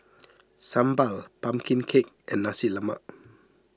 Sambal Pumpkin Cake and Nasi Lemak